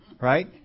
Right